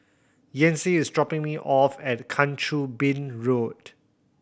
Yancy is dropping me off at Kang Choo Bin Road